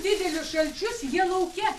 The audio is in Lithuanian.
didelius šalčius jie lauke